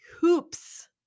hoops